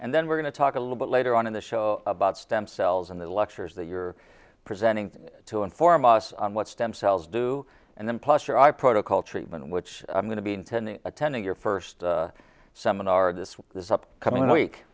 and then we're going to talk a little bit later on in the show about stem cells and the lectures that you're presenting to inform us on what stem cells do and then plus your eye protocol treatment which i'm going to be intending attending your first seminar this week this upcoming week